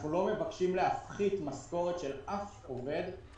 אנחנו לא מבקשים להפחית משכורת של אף עובד,